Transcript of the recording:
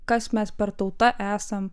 kas mes per tauta esam